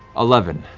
eleven.